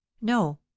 no